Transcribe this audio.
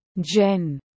Jen